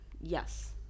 Yes